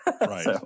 right